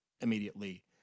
immediately